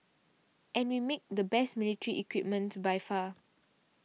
and we make the best military equipment by far